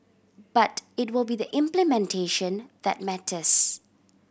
but it will be the implementation that matters